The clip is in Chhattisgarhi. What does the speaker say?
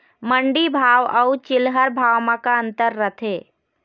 मंडी भाव अउ चिल्हर भाव म का अंतर रथे?